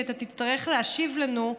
כי אתה תצטרך להשיב לנו,